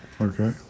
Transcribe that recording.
okay